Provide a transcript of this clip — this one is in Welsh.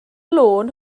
lôn